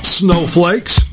snowflakes